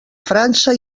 frança